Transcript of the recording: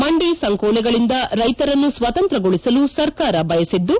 ಮಂಡಿ ಸಂಕೋಲೆಗಳಿಂದ ರೈತರನ್ನು ಸ್ವತಂತ್ರಗೊಳಿಸಲು ಸರ್ಕಾರ ಬಯಸಿದ್ದು